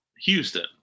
Houston